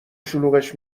شلوغش